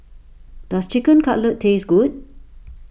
does Chicken Cutlet taste good